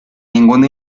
ninguna